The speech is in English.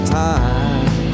time